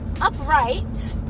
upright